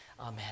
Amen